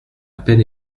peine